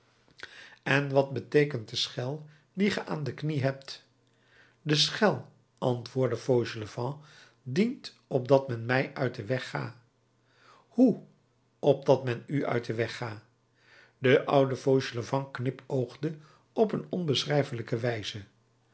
en wat beteekent de schel die ge aan de knie hebt de schel antwoordde fauchelevent dient opdat men mij uit den weg ga hoe opdat men u uit den weg ga de oude fauchelevent knipoogde op een onbeschrijfelijke wijze